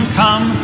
come